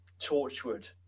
Torchwood